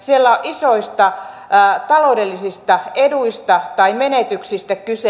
siellä on isoista taloudellisista eduista tai menetyksistä kyse